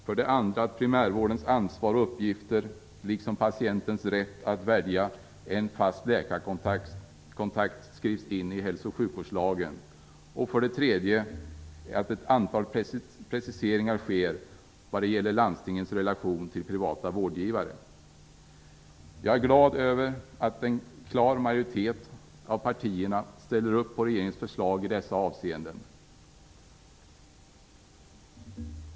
För det andra att primärvårdens ansvar och uppgifter liksom patientens rätt att välja en fast läkarkontakt skrivs in i hälso och sjukvårdslagen. För det tredje att ett antal preciseringar sker vad gäller landstingens relation till privata vårdgivare. Jag är glad över att en klar majoritet av partierna ställer upp på regeringens förslag i dessa avseenden.